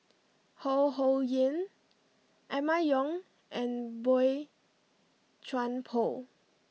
Ho Ho Ying Emma Yong and Boey Chuan Poh